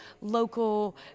local